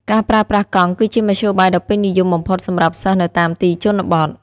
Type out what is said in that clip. ការប្រើប្រាស់កង់គឺជាមធ្យោបាយដ៏ពេញនិយមបំផុតសម្រាប់សិស្សនៅតាមទីជនបទ។